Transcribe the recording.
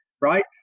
right